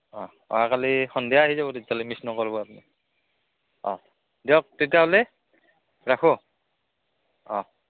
অঁ অহাকালি সন্ধিয়া আহি যাব তেতিয়াহ'লে মিছ নকৰিব আপনি অঁ দিয়ক তেতিয়াহ'লে ৰাখোঁ অঁ